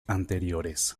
anteriores